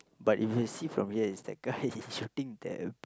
but if you see from here is that guy he shooting the